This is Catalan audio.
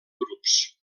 grups